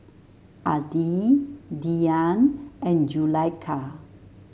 Adi Dian and Zulaikha